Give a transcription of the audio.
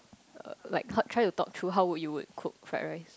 a like how try to talk through how would you would cook fried rice